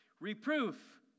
Reproof